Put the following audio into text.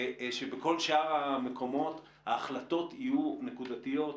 ושבכל שאר המקומות ההחלטות יהיו נקודתיות,